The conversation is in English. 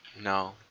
No